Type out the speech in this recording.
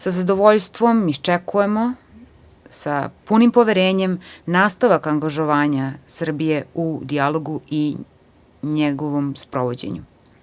Sa zadovoljstvom isčekujemo i sa punim poverenjem nastavak angažovanja Srbije u dijalogu i njegovom sprovođenju.